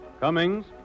Cummings